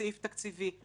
בסעיף תקציבי,